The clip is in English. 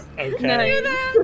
Okay